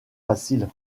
facile